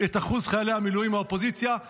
את אחוז חיילי המילואים מהקואליציה.